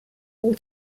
all